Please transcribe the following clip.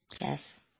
Yes